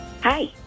Hi